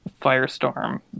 firestorm